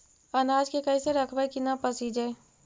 अनाज के कैसे रखबै कि न पसिजै?